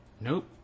Nope